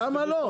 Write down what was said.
למה לא?